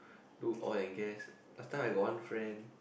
do all engaged last time I got one friend